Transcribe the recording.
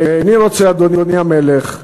ואיני רוצה, אדוני המלך,